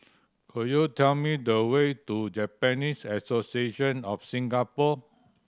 could you tell me the way to Japanese Association of Singapore